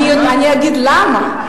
אני אגיד למה,